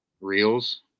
Reels